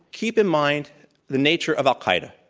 keep in mind the nature of al-qaeda.